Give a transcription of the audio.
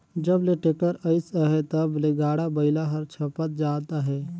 जब ले टेक्टर अइस अहे तब ले गाड़ा बइला हर छपत जात अहे